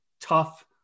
tough